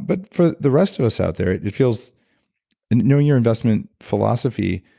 but for the rest of us out there, it feels knowing your investment philosophy,